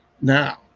Now